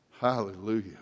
Hallelujah